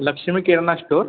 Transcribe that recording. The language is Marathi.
लक्षमी किराणा स्टोर